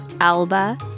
Alba